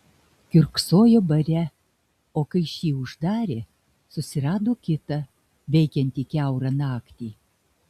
kiurksojo bare o kai šį uždarė susirado kitą veikiantį kiaurą naktį